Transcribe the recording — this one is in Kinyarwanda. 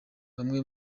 bamwe